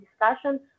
discussion